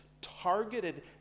targeted